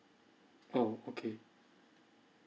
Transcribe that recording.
oh okay